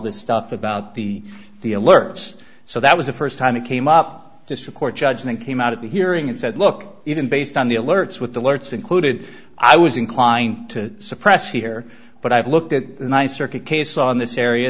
this stuff about the the alerts so that was the st time it came up just to court judge and it came out at the hearing and said look even based on the alerts with the lurch included i was inclined to suppress here but i've looked at the nice circuit case on this area